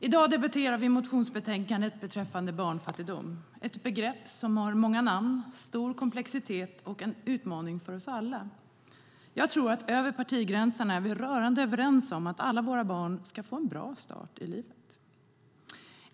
I dag debatterar vi ett motionsbetänkande om barnfattigdom. Det är en företeelse som har många namn, stor komplexitet och är en utmaning för oss alla. Jag tror att vi över partigränserna är rörande överens om att alla våra barn ska få en bra start i livet.